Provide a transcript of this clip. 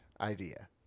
idea